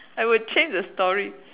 I would change the story